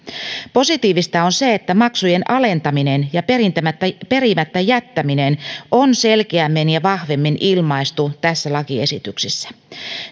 positiivista on se että maksujen alentaminen ja perimättä jättäminen on selkeämmin ja vahvemmin ilmaistu tässä lakiesityksessä